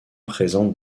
présente